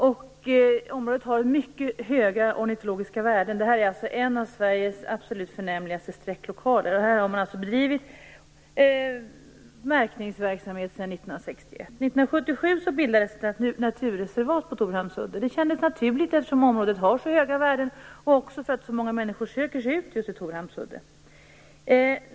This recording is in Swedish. Området har mycket höga ornitologiska värden. Det här är alltså en av Sveriges absolut förnämligaste sträcklokaler. Här har man bedrivit märkningsverksamhet sedan 1961. År 1977 bildades ett naturreservat på Torhamns udde. Det kändes motiverat, eftersom området har så höga naturvärden och även därför att så många människor söker sig ut till Torhamns udde.